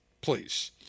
Please